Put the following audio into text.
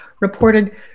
reported